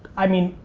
i mean,